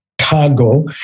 Chicago